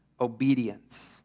obedience